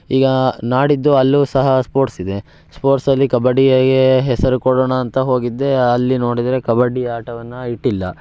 ಈಗ ನಾಡಿದ್ದು ಅಲ್ಲೂ ಸಹ ಸ್ಪೋರ್ಟ್ಸ್ ಇದೆ ಸ್ಪೋರ್ಟ್ಸಲ್ಲಿ ಕಬಡ್ಡಿಗೆ ಯೆ ಹೆಸರು ಕೊಡೋಣ ಅಂತ ಹೋಗಿದ್ದೆ ಅಲ್ಲಿ ನೋಡಿದರೆ ಕಬಡ್ಡಿ ಆಟವನ್ನು ಇಟ್ಟಿಲ್ಲ